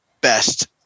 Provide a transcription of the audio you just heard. best